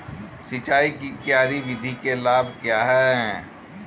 सिंचाई की क्यारी विधि के लाभ क्या हैं?